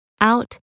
out